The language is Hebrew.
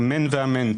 אמן ואמן.